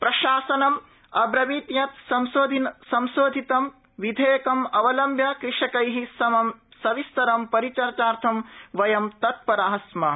प्रशासनं अब्रवीत् यत् संशोधितं विधेयकमवलम्ब्य कृषकैः समं सविस्तरं परिचर्चार्थ वयं तत्परा स्मः